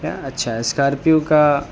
ہاں اچھا اسکارپیو کا